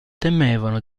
temevano